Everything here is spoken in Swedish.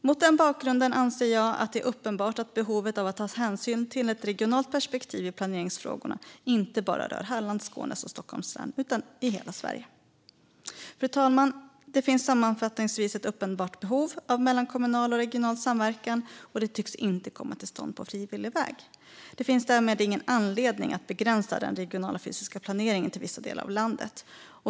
Mot den bakgrunden anser jag att det är uppenbart att behovet av att ta hänsyn till ett regionalt perspektiv i planeringsfrågorna inte bara rör Hallands, Skåne och Stockholms län utan hela Sverige. Fru talman! Det finns sammanfattningsvis ett uppenbart behov av mellankommunal och regional samverkan, och det tycks inte komma till stånd på frivillig väg. Det finns därmed ingen anledning att begränsa den regionala fysiska planeringen till vissa delar av landet.